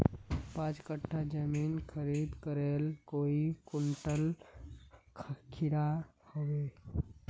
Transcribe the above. पाँच कट्ठा जमीन खीरा करले काई कुंटल खीरा हाँ बई?